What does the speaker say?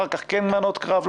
אחר כך כן מנות קרב,